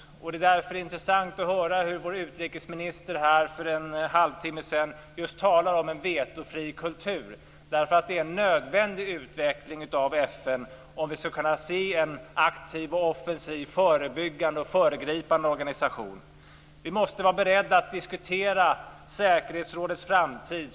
Det var därför intressant att höra hur vår utrikesminister här för en halvtimme sedan talade om en vetofri kultur. Det är en nödvändig utveckling av FN, om vi skall kunna se en aktiv och offensiv förebyggande och föregripande organisation. Vi måste vara beredda att diskutera säkerhetsrådets framtid.